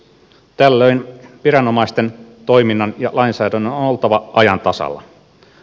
tällöin viranomaisten toiminnan ja lainsäädännön on oltava ajan tasalla